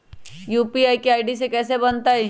UPI के ID कैसे बनतई?